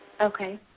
Okay